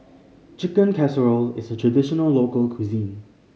Chicken Casserole is a traditional local cuisine